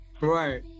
Right